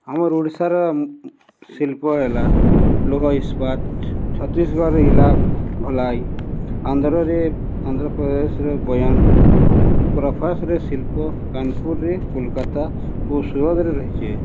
ଆମର ଓଡ଼ିଶାର ଶିଳ୍ପ ହେଲା ଲୌହଇସ୍ପାତ ଛତିଶଗଡ଼ର ଇଲା ଭଲାଇ ଆନ୍ଧ୍ରରେ ଆନ୍ଧ୍ରପ୍ରଦେଶରେ ବୟାନ ଓ କ୍ରଫାସରେ ଶିଳ୍ପ କାନପୁରରେ କୋଲକାତା ଓ ସୁରଦରେ ରହିଛି